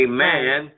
Amen